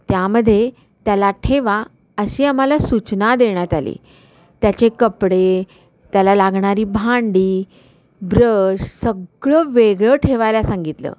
त्यामध्ये त्याला ठेवा अशी आम्हाला सूचना देण्यात आली त्याचे कपडे त्याला लागणारी भांडी ब्रश सगळं वेगळं ठेवायला सांगितलं